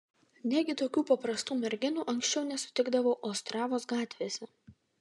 negi tokių paprastų merginų anksčiau nesutikdavau ostravos gatvėse